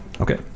okay